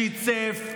שצף,